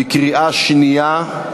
בקריאה שנייה.